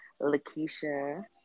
Lakeisha